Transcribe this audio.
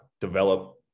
develop